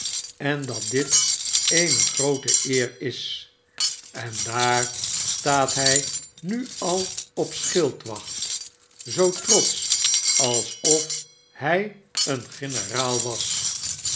en dat dit eene groote eer is en daar staat hij nu al op schildwacht zoo trotsch alsof hij een generaal was